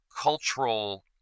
cultural